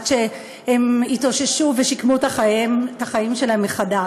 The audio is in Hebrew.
עד שהם התאוששו ושיקמו את חייהם מחדש.